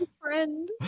friend